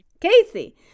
Casey